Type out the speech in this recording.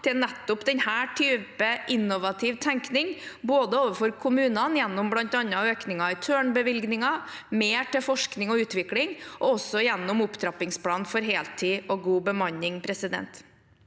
til nettopp denne typen innovativ tenkning overfor kommunene, gjennom bl.a. økningen i Tørn-bevilgningen, mer til forskning og utvikling og også gjennom opptrappingsplanen for heltid og god bemanning. Marian